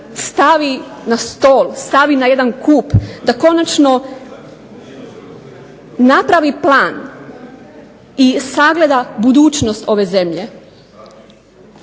stavi na stol, stavi na jedan kup, da konačno napravi plan i sagleda budućnost ove zemlje.